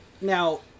now